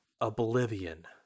oblivion